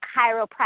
chiropractic